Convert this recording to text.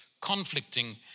conflicting